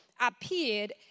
appeared